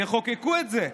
תחוקקו את זה,